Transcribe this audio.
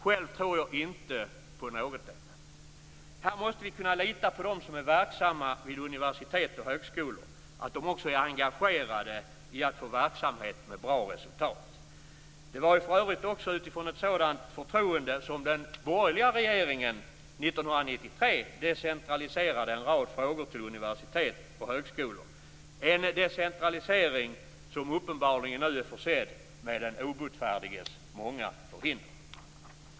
Själv tror jag inte på någotdera. Här måste vi kunna lita på att de som är verksamma vid universitet och högskolor också är engagerade i att få verksamhet med bra resultat. Det var för övrigt. också utifrån ett sådant förtroende som den borgerliga regeringen 1993 decentraliserade en rad frågor till universitet och högskolor - en decentralisering som nu uppenbarligen är försedd med den obotfärdiges många förhinder.